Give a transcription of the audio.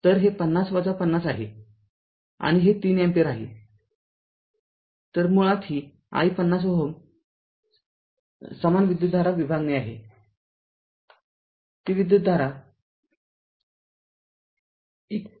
तर हे ५० ५० आहे आणि हे ३ अँपिअर आहे तर मुळात ही i ५० Ω समान विद्युतधारा विभागणी आहे ती विद्युतधारा १